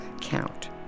count